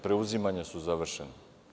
Preuzimanja su završena.